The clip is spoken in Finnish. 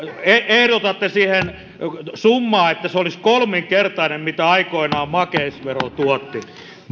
ehdotatte siihen summaa joka olisi kolminkertainen kuin minkä aikoinaan makeisvero tuotti